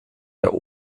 der